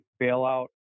bailout